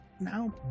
now